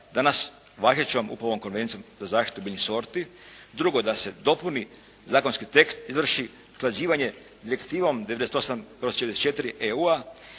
danas važećom UP-ovom Konvencijom za zaštitu biljnih sorti. Drugo, da se dopuni zakonski tekst izvrši usklađivanje direktivom 98/44 EU-a